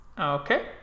Okay